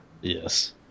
Yes